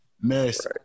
Miss